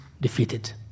defeated